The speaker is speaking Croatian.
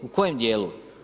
U kojem djelu?